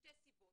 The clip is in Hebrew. משתי סיבות.